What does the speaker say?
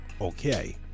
okay